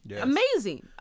Amazing